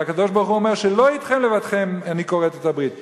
והקדוש-ברוך-הוא אומר ש"לא אתכם לבדכם אנכי כֹרת את הברית הזאת,